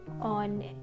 on